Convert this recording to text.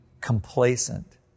complacent